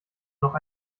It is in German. noch